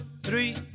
three